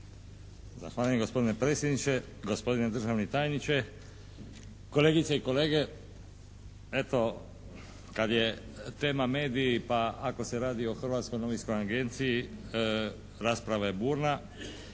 Zahvaljujem gospodine predsjedniče. Gospodine državni tajniče, kolegice i kolege eto kad je tema mediji pa ako se radi o Hrvatskoj novinskoj agenciji rasprava je burna